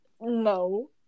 No